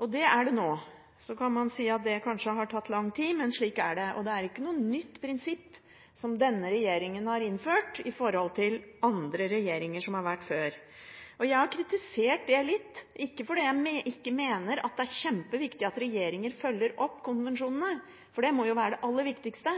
Og det er det nå. Så kan man si at det kanskje har tatt lang tid, men slik er det. Det er ikke noe nytt prinsipp denne regjeringen har innført i forhold til andre regjeringer som har vært før. Jeg har kritisert det litt, ikke fordi jeg ikke mener at det er kjempeviktig at regjeringer følger opp konvensjonene, for det må være det aller viktigste.